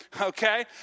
okay